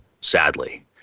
Sadly